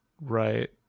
Right